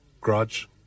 Grudge